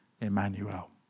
Emmanuel